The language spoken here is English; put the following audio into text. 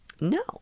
No